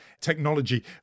technology